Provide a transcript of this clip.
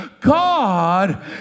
God